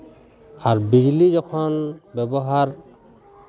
ᱟᱨ ᱵᱤᱡᱽᱞᱤ ᱡᱚᱠᱷᱚᱱ ᱵᱮᱵᱚᱦᱟᱨ